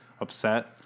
upset